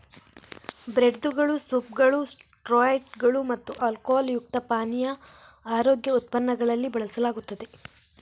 ಬ್ರೆಡ್ದುಗಳು, ಸೂಪ್ಗಳು, ಸ್ಟ್ಯೂಗಳು ಮತ್ತು ಆಲ್ಕೊಹಾಲ್ ಯುಕ್ತ ಪಾನೀಯ ಆರೋಗ್ಯ ಉತ್ಪನ್ನಗಳಲ್ಲಿ ಬಳಸಲಾಗುತ್ತದೆ